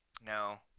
No